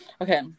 Okay